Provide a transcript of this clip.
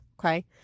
Okay